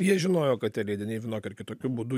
jie žinojo kad tie leidiniai vienokiu ar kitokiu būdu